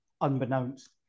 unbeknownst